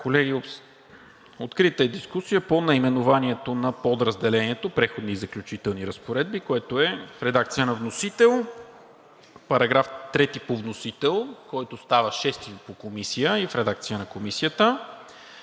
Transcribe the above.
Колеги, открита е дискусия по наименованието на Подразделението „Преходни и заключителни разпоредби“, което е в редакция по вносител; § 3 по вносител, който става § 6 в редакция на Комисията;